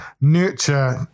nurture